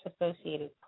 Associated